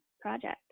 project